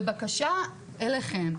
ובקשה אליכם,